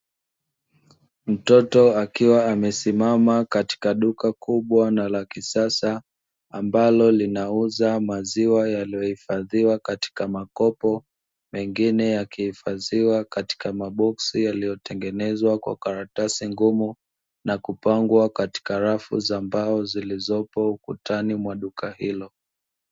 Mtoto akiwa amesimama katika duka kubwa na la kisasa, ambalo linauza maziwa yaliyohifadhiwa katika makopo, mengine yakihifadhiwa katika maboksi yaliyotengenezwa kwa karatasi ngumu na kupangwa katika rafu za mbao; zilizopo ukutani mwa duka hilo.